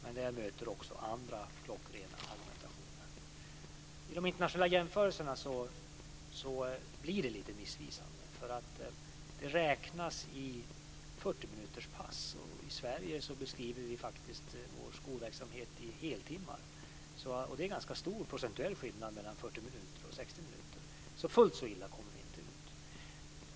Men jag möter också andra klockrena argumentationer. I de internationella jämförelserna blir det lite missvisande. Det räknas i fyrtiominuterspass. I Sverige beskriver vi vår skolverksamhet i heltimmar. Det är ganska stor procentuell skillnad mellan 40 minuter och 60 minuter. Fullt så illa kommer vi inte ut.